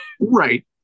right